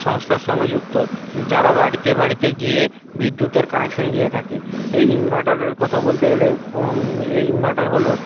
সংস্থার সঙ্গে যুক্ত যারা বাড়িতে বাড়িতে গিয়ে বিদ্যুতের কানেকশান দিয়ে থাকে এই ইনভার্টারের কথা বলতে গেলে এই ইনভার্টার হলো